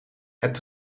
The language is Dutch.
het